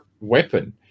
weapon